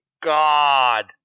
God